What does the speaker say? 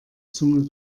zunge